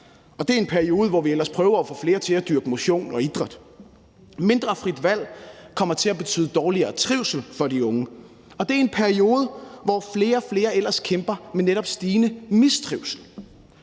det i en periode, hvor vi ellers prøver at få flere til at dyrke motion og idræt. Mindre frit valg kommer til at betyde dårligere trivsel for de unge – og det i en periode, hvor flere og flere ellers kæmper med netop stigende mistrivsel.